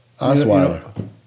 Osweiler